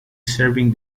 serving